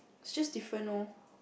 it's just different loh